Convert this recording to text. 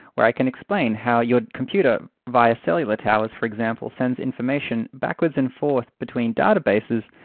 where i can explain how your computer via cellular towers for example, sends information backwards and forth between databases,